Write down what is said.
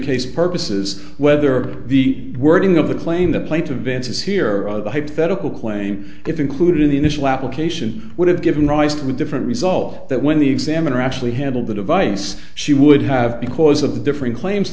case purposes whether the wording of the claim the plate advances here or the hypothetical claim if included in the initial application would have given rise to a different result that when the examiner actually handled the device she would have because of the different claims